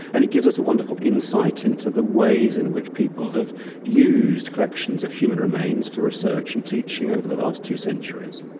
and it gives us a wonderful insight into the ways in which people have used collections of human remains for research and teaching over the last two centuries.